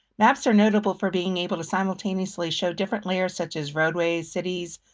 maps are notable for being able to simultaneously show different layers, such as roadways, cities,